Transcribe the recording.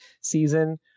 season